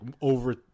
over